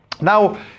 Now